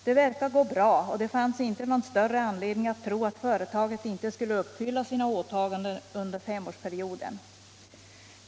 Det verkade gå bra, och det fanns inte någon större anledning att tro att företaget inte skulle uppfylla sina åtaganden under femårsperioden.